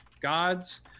Gods